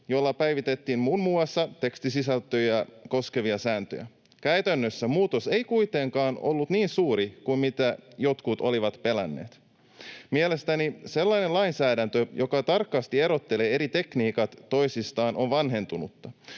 jolla päivitettiin muun muassa tekstisisältöjä koskevia sääntöjä. Käytännössä muutos ei kuitenkaan ollut niin suuri kuin mitä jotkut olivat pelänneet. Mielestäni sellainen lainsäädäntö, joka tarkasti erottelee eri tekniikat toisistaan, on vanhentunutta.